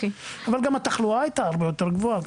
אבל גם התחלואה הייתה הרבה יותר גבוהה,